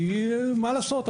כי מה לעשות,